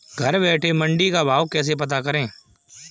घर बैठे मंडी का भाव कैसे पता करें?